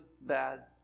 bad